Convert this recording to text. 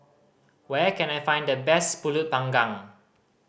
where can I find the best Pulut Panggang